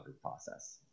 process